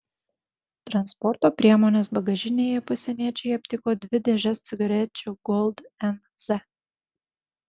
transporto priemonės bagažinėje pasieniečiai aptiko dvi dėžes cigarečių gold nz